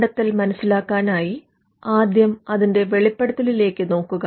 കണ്ടെത്തൽ മനസിലാക്കാനായി ആദ്യം അതിന്റെ വെളിപ്പെടുത്തലിലേക്ക് നോക്കുക